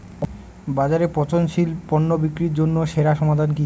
বাজারে পচনশীল পণ্য বিক্রির জন্য সেরা সমাধান কি?